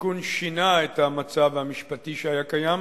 התיקון שינה את המצב המשפטי שהיה קיים,